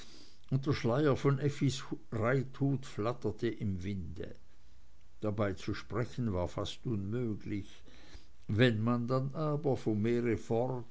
der schleier von effis reithut flatterte im wind dabei zu sprechen war fast unmöglich wenn man dann aber vom meer fort